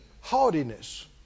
haughtiness